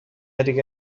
دیگه